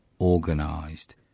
organised